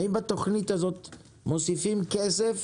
האם בתכנית הזאת מוסיפים כסף